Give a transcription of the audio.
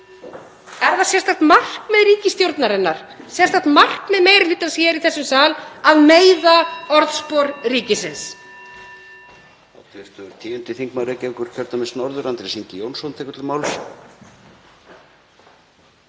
Er það sérstakt markmið ríkisstjórnarinnar, sérstakt markmið meiri hlutans hér í þessum sal, að meiða orðspor ríkisins?